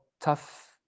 tough